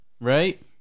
right